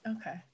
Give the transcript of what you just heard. Okay